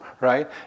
right